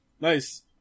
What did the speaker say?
nice